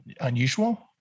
unusual